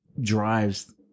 drives